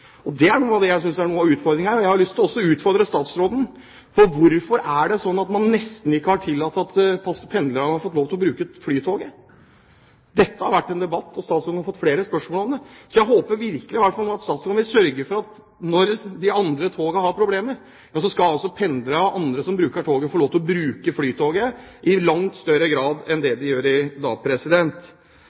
vinter. Det er noe av det jeg synes er utfordringen her. Jeg har lyst til å utfordre statsråden på hvorfor det er slik at man nesten ikke har tillatt pendlerne å bruke Flytoget. Dette har det vært debatt om, og statsråden har fått flere spørsmål om det. Jeg håper virkelig at statsråden vil sørge for at når de andre togene har problemer, så skal pendlere og andre som bruker toget, få lov til å bruke Flytoget i langt større grad enn det de gjør i dag.